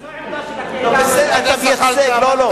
זו העמדה, חבר הכנסת זחאלקה, לא.